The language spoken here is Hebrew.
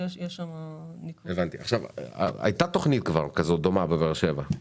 הייתה כבר תכנית דומה בבאר שבע.